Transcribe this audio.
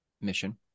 mission